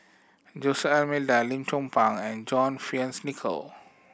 Jose Almeida Lim Chong Pang and John Fearns Nicoll